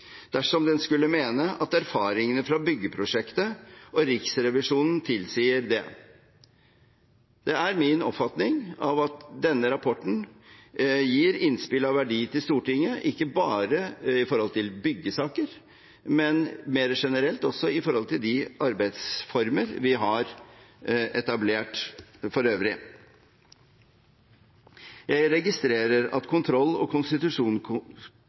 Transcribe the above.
dersom den skulle mene at erfaringene fra byggeprosjektet og Riksrevisjonen tilsier det. Det er min oppfatning at denne rapporten gir innspill av verdi til Stortinget ikke bare når det gjelder byggesaker, men også mer generelt når det gjelder de arbeidsformer vi har etablert for øvrig. Jeg registrerer at kontroll- og